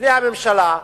בפני הממשלה: